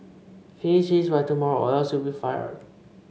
finish this by tomorrow or else you'll be fired